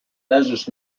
leżysz